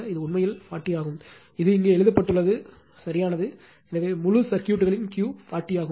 இது உண்மையில் 40 ஆகும் இது இங்கே எழுதப்பட்டுள்ளது சரியானது எனவே முழு சர்க்யூட்களின் Q 40 ஆகும்